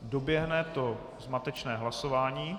Doběhne zmatečné hlasování.